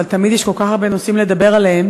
אבל תמיד יש כל כך הרבה נושאים לדבר עליהם.